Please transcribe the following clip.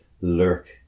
lurk